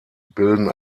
bilden